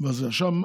עכשיו,